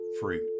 fruit